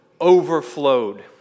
overflowed